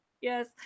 Yes